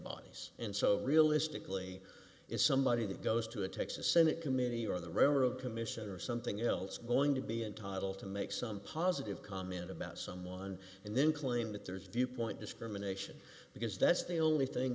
bodies and so realistically if somebody goes to a takes a senate committee or the railroad commission or something else going to be entitled to make some positive comment about someone and then claim that their viewpoint discrimination because that's the only thing